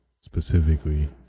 specifically